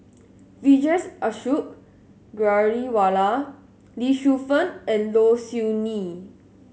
Vijesh Ashok Ghariwala Lee Shu Fen and Low Siew Nghee